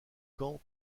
camp